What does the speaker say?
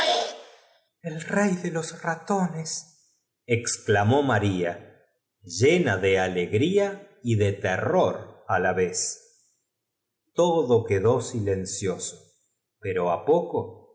el rey de los ratones exclamó maria llena de alegria y de terror á la vez todo quedó silencioso pero á poco